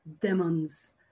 Demons